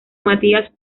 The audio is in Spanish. matías